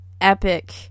epic